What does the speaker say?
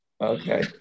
Okay